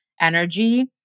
energy